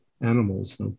animals